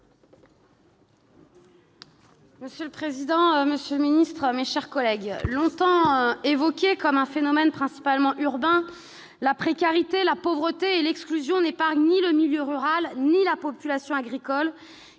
Monsieur le président, monsieur le ministre, mes chers collègues, longtemps évoqués comme un phénomène principalement urbain, la précarité, la pauvreté et l'exclusion n'épargnent ni le milieu rural ni la population agricole,